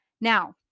Now